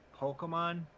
Pokemon